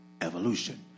Evolution